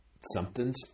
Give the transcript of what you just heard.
something's